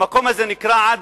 המקום הזה נקרא עד